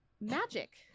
Magic